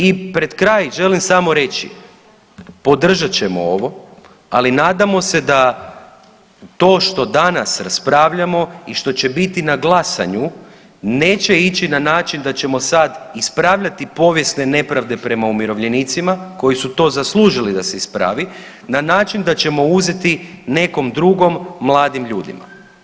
I pred kraj želim samo reći, podržat ćemo ovo, ali nadamo se da to što danas raspravljamo i što će biti na glasanju, neće ići na način da ćemo sad ispravljati povijesne nepravde prema umirovljenicima, koji su to zaslužili da se ispravi, na način da ćemo uzeti nekom drugom, mladim ljudima.